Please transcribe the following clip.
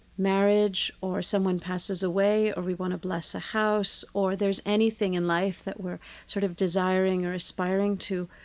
marriage or someone passes away or we want to bless a house or there's anything in life that we're sort of desiring or aspiring to